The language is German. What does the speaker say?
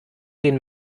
den